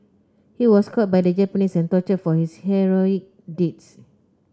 he was caught by the Japanese and tortured for his heroic deeds